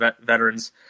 veterans